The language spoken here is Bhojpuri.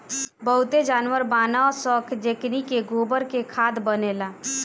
बहुते जानवर बानअ सअ जेकनी के गोबर से खाद बनेला